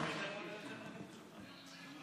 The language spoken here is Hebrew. צריך למצוא